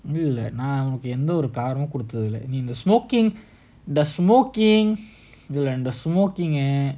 இந்ததுஇல்லநான்வந்துஉனக்குஎந்தவிதகாரணமும்கொடுத்ததில்ல:inthadhu illa naan vandhu unakku entha vitha karanamum koduthathilla like in the smoking the smoking learn the smoking eh